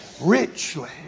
richly